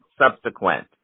subsequent